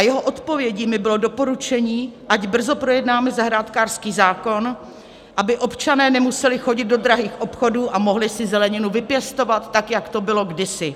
Jeho odpovědí mi bylo doporučení, ať brzy projednáme zahrádkářský zákon, aby občané nemuseli chodit do drahých obchodů a mohli si zeleninu vypěstovat tak, jak to bylo kdysi.